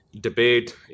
debate